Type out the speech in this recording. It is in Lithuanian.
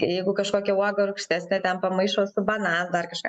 jeigu kažkokia uoga rūgštesnė ten pamaišo su bananu ar kažką